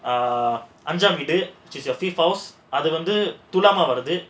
err அஞ்சாம் வீடு:anjaam veedu fifth house அது வந்து துலாமா வரது:adhu vandhu thulaamaa varathu